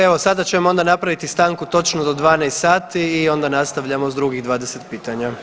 Evo sada ćemo onda napraviti stanku točno do 12,00 sati i onda nastavljamo s drugih 20 pitanja.